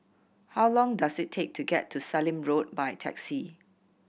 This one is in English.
how long does it take to get to Sallim Road by taxi